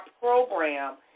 program